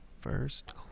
first